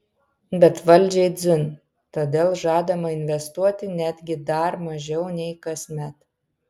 bet valdžiai dzin todėl žadama investuoti netgi dar mažiau nei kasmet